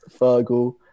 Fergal